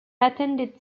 attended